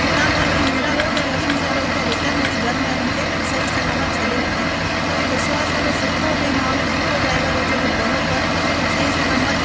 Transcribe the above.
हितां खां वरी मीरा रोड ऐं वरी मीरा रोड खां रिटन वरी घर में उन्हनि खे सही सलामत छॾे वञे कोई विश्वास वारो सुठो कोई माण्हू सुठो ड्राइवर हुजे जो बराबरि सही सलामत